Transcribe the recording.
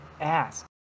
ask